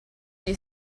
gli